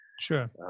Sure